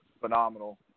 phenomenal